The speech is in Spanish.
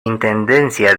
intendencia